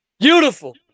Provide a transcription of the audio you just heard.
Beautiful